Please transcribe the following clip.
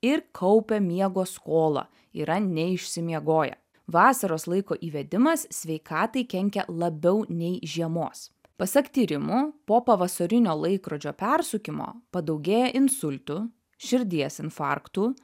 ir kaupia miego skolą yra neišsimiegoję vasaros laiko įvedimas sveikatai kenkia labiau nei žiemos pasak tyrimų po pavasarinio laikrodžio persukimo padaugėja insultų širdies infarktų